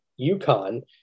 UConn